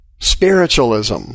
spiritualism